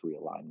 realignment